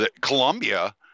Columbia